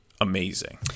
amazing